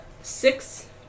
six